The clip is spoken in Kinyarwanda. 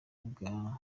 bwa